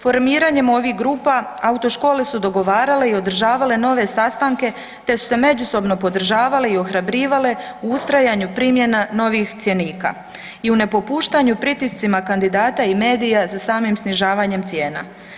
Formiranjem ovih grupa autoškole su dogovarale i održavale nove sastanke, te su se međusobno podržavale i ohrabrivale u ustrajanju primjena novih cjenika i u nepopuštanju pritiscima kandidata i medija za samim snižavanjem cijena.